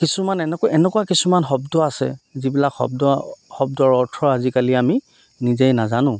কিছুমান এনেকুৱা এনেকুৱা কিছুমান শব্দ আছে যিবিলাক শব্দ শব্দৰ অৰ্থ আজিকালি আমি নিজেই নাজানো